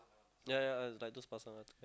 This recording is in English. ya ya is like those pasar one